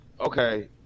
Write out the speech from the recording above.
Okay